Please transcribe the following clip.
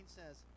says